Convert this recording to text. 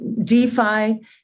DeFi